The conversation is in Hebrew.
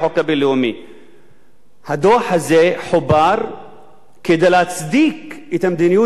הדוח הזה חובר כדי להצדיק את המדיניות של ממשלת ישראל וממשלות ישראל